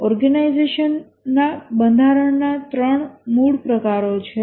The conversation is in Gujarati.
ઓર્ગેનાઈઝેશનના બંધારણના ત્રણ મૂળ પ્રકારો છે